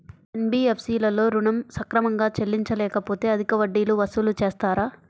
NBFC లలో ఋణం సక్రమంగా చెల్లించలేకపోతె అధిక వడ్డీలు వసూలు చేస్తారా?